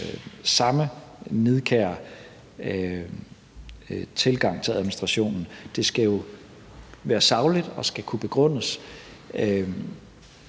samme nidkære tilgang til administrationen. Det skal være sagligt og kunne begrundes,